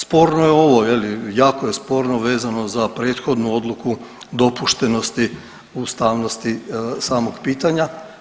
Sporno je ovo je li, jako je sporno vezano za prethodnu odluku dopuštenosti ustavnosti samog pitanja.